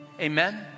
Amen